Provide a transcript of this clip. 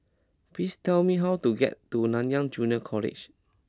please tell me how to get to Nanyang Junior College